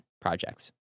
projects